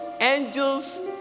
angels